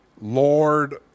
lord